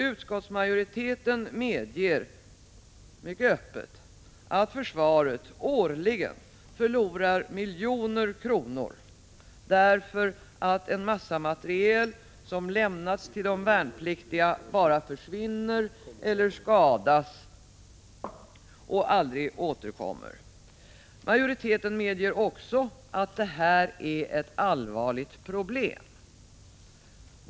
Utskottsmajoriteten medger mycket öppet att försvaret årligen förlorar miljoner kronor därför att en massa materiel som lämnas till de värnpliktiga försvinner eller skadas och aldrig återkommer. Majoriteten medger också att det här är ett allvarligt problem.